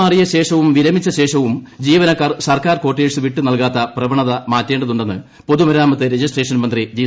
സുധാകരൻ സ്ഥലം മാറിയ ശേഷവും വിരമിച്ച ശേഷവും ജീവനക്കാർ സർക്കാർ കാർട്ടേഴ്സ് വിട്ടു നല്കാത്ത പ്രവണത മാറ്റേണ്ടതുണ്ടെന്ന് പൊതുമരാമത്ത് രജിസ്ട്രേഷൻ മന്ത്രി ജി